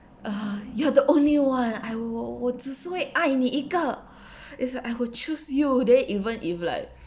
uh you are the only one I will 我只是为爱你一个 is I will choose you they even if like